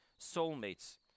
soulmates